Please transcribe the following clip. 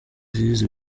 yize